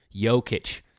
Jokic